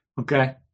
Okay